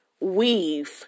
weave